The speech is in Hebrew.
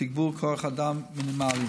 תגבור כוח אדם מינהלי.